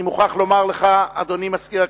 אני מוכרח לומר לך, אדוני מזכיר הכנסת,